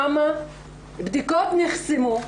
כמה בדיקות נחסמו,